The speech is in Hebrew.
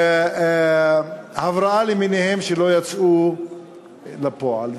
ונרקמו תוכניות הבראה למיניהן, שלא יצאו לפועל.